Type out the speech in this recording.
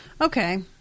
Okay